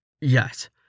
yes